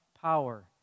power